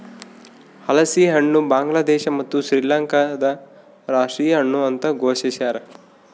ಹಲಸಿನಹಣ್ಣು ಬಾಂಗ್ಲಾದೇಶ ಮತ್ತು ಶ್ರೀಲಂಕಾದ ರಾಷ್ಟೀಯ ಹಣ್ಣು ಅಂತ ಘೋಷಿಸ್ಯಾರ